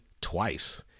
twice